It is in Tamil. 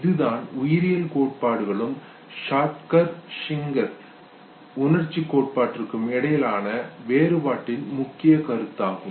இதுதான் உயிரியல் கோட்பாடுகளுக்கும் ஷாக்டர் சிங்கர் உணர்ச்சி கோட்பாட்டிற்கும் இடையிலான வேறுபாட்டின் முக்கிய கருத்தாகும்